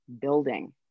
building